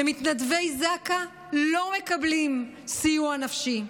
ומתנדבי זק"א לא מקבלים סיוע נפשי.